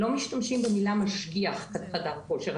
לא משתמשים במילה משגיח חדר כושר.